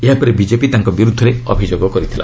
ଏହା ପରେ ବିଜେପି ତାଙ୍କ ବିର୍ରଦ୍ଧରେ ଅଭିଯୋଗ କରିଥିଲା